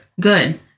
Good